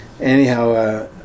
anyhow